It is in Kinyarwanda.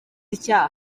icyaha